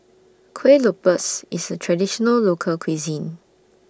Kueh Lopes IS A Traditional Local Cuisine